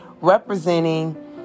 representing